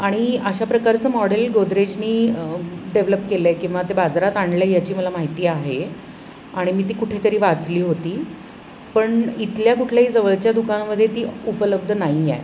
आणि अशा प्रकारचं मॉडेल गोदरेजने डेव्हलप केलं आहे किंवा ते बाजारात आणलं आहे याची मला माहिती आहे आणि मी ती कुठेतरी वाचली होती पण इथल्या कुठल्याही जवळच्या दुकानामध्ये ती उपलब्ध नाही आहे